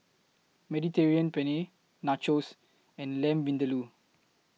Mediterranean Penne Nachos and Lamb Vindaloo